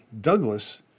Douglas